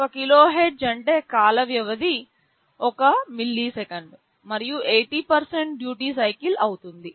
1 KHz అంటే కాల వ్యవధి 1 మిల్లీసెకన్లు మరియు 80 డ్యూటీ సైకిల్ అవుతుంది